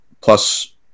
plus